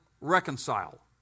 reconcile